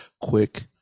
quick